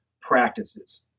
practices